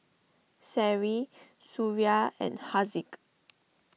Seri Suria and Haziq